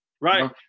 right